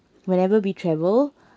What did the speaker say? whenever we travel